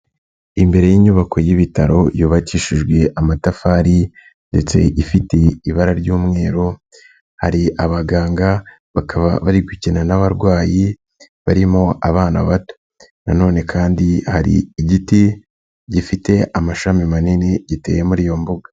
Imbere y'inyubako y'ibitaro yubakishijwe amatafari ndetse ifite ibara ry'umweru, hari abaganga, bakaba bari gukina n'abarwayi, barimo abana bato. Na none kandi hari igiti gifite amashami manini, giteye muri iyo mbuga.